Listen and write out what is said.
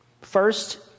First